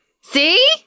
see